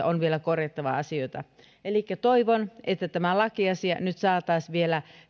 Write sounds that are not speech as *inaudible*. *unintelligible* on vielä korjattava asioita elikkä toivon että tämä lakiasia nyt saataisiin vielä